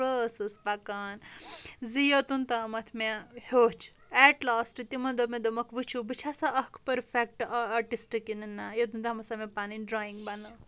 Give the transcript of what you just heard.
ٲسٕس پَکان زِ یوٚتَن تامَتھ مےٚ ہیٚوچھ ایٹ لاسٹ تِمن دوٚپ مےٚ دوٚپمَکھ وُچھِو بہٕ چھَسا اکھ پٔرفیٚکٹ آرٹِسٹ کِنہٕ نَہ یوٚتَن تامَتھ سۄ مےٚ پَنٕنۍ ڈراینگ بَنٲو